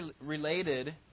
related